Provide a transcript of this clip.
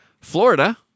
Florida